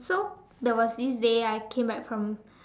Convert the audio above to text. so there was this day I came back from